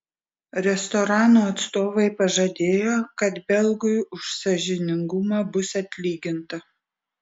restorano atstovai pažadėjo kad belgui už sąžiningumą bus atlyginta